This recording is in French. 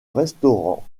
restaurant